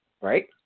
right